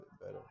better